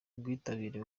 ubwitabire